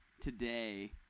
today